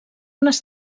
unes